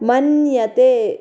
मन्यते